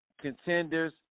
contenders